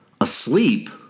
Asleep